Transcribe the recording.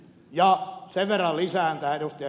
ja sen verran lisään ed